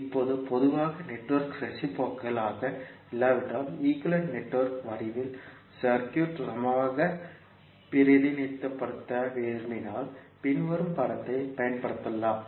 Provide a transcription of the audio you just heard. இப்போது பொதுவாக network reciprocal ஆக இல்லாவிட்டால் ஈக்குவேலன்ட் நெட்வொர்க் வடிவில் சர்க்யூட்க்கு சமமாக பிரதிநிதித்துவப்படுத்த விரும்பினால் பின்வரும் படத்தை பயன்படுத்தலாம்